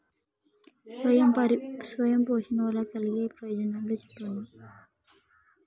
స్వయం పోషణ వల్ల కలిగే ప్రయోజనాలు చెప్పండి?